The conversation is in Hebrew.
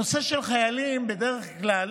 הנושא של חיילים בדרך כלל,